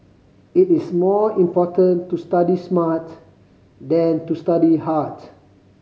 it is more important to study smart than to study hard